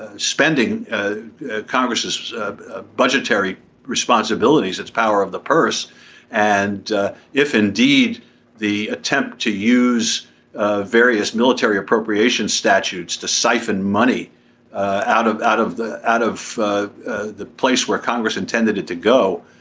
ah spending congress's budgetary responsibilities its power of the purse and if indeed the attempt to use ah various military appropriation statutes to siphon money ah out of out of the out of of the place where congress intended it to go.